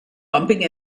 bumping